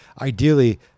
ideally